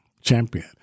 champion